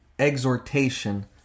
exhortation